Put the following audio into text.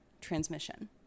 transmission